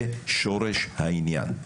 זה שורש העניין.